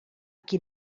qui